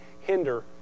hinder